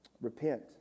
repent